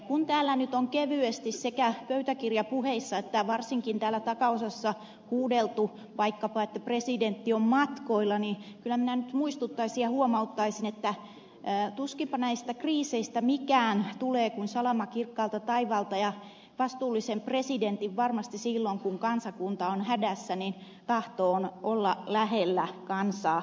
kun täällä nyt on kevyesti sekä pöytäkirjapuheissa että varsinkin täällä takaosassa huudeltu vaikkapa että presidentti on matkoilla niin minä nyt muistuttaisin ja huomauttaisin että tuskinpa näistä kriiseistä mikään tulee kuin salama kirkkaalta taivaalta ja vastuullisen presidentin varmasti silloin kun kansakunta on hädässä tahto on olla lähellä kansaa